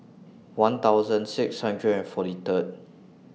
one thousand six hundred and forty Third